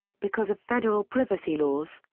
because of federal privacy laws,